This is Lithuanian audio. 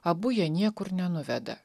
abu jie niekur nenuveda